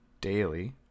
Daily